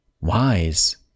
wise